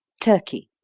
turkey.